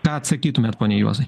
ką atsakytumėt pone juozai